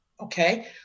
okay